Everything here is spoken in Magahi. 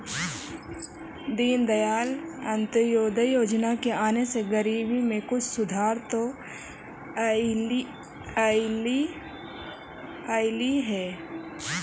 दीनदयाल अंत्योदय योजना के आने से गरीबी में कुछ सुधार तो अईलई हे